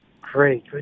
Great